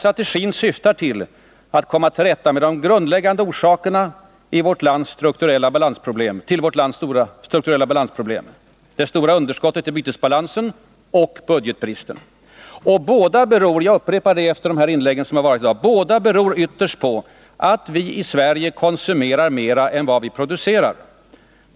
Strategin syftar till att komma till rätta med de grundläggande orsakerna till vårt lands strukturella balansproblem — det stora underskottet i bytesbalansen och budgetbristen. Och båda beror — jag upprepar det efter de inlägg som har förekommit — ytterst på att vi i Sverige konsumerar mer än vi producerar.